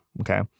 Okay